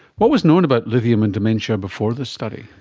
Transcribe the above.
what was known about lithium and dementia before this study?